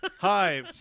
Hi